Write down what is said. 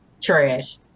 Trash